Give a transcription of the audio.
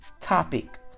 topic